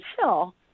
hill